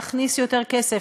להכניס יותר כסף,